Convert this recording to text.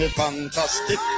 fantastic